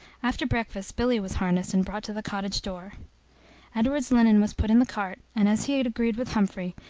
after breakfast, billy was harnessed and brought to the cottage-door. edward's linen was put in the cart, and as he had agreed with humphrey,